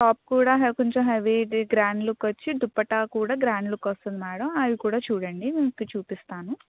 top కూడా కొంచెం హెవీది గ్రాండ్ లుక్ వచ్చి దుప్పట్టా కూడా గ్రాండ్ లుక్ వస్తుంది మేడం అవి కూడా చూడండి నేను చూపిస్తాను